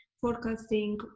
forecasting